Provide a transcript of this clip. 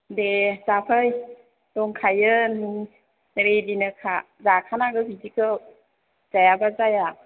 दे जाफै दंखायो रेडिनोखा जाखानांगौ बिदिखौ जायाब्ला जाया